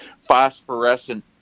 phosphorescent